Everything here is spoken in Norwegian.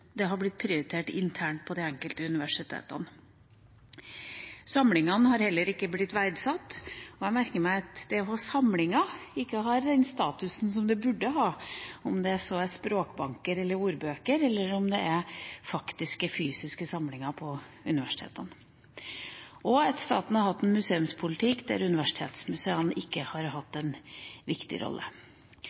det har blitt prioritert internt på de enkelte universitetene. Samlingene har heller ikke blitt verdsatt. Jeg merker meg at det å ha samlinger ikke har den statusen som det burde ha – om det så er språkbanker, ordbøker eller det er faktiske, fysiske samlinger ved universitetene – og at staten har hatt en museumspolitikk der universitetsmuseene ikke har hatt en viktig rolle.